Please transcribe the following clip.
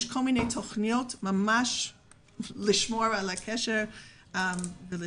יש כל מיני תוכניות ממש לשמירה על הקשר ולשדרג.